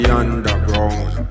underground